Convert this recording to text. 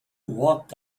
walked